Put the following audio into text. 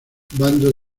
bando